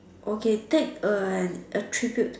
okay take an attribute